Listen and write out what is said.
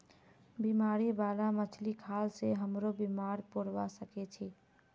बीमारी बाला मछली खाल से हमरो बीमार पोरवा सके छि